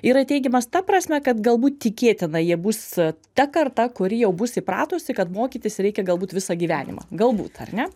yra teigiamas ta prasme kad galbūt tikėtina jie bus ta karta kuri jau bus įpratusi kad mokytis reikia galbūt visą gyvenimą galbūt ar ne